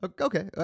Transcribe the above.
Okay